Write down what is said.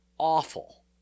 Awful